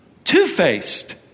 two-faced